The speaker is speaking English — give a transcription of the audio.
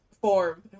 form